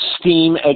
STEAM